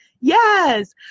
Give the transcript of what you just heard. Yes